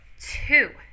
two